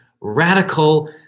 radical